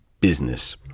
business